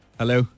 hello